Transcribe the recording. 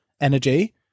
energy